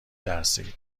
ترسید